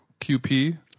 QP